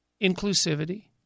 inclusivity